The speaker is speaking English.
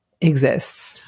exists